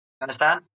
understand